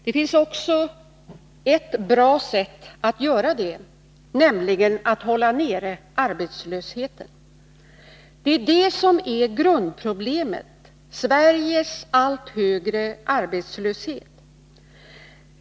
Det finns också ett bra sätt att göra det på, nämligen att hålla nere arbetslösheten. Det är detta som är grundproblemet — Sveriges allt högre arbetslöshet.